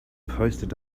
posted